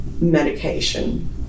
medication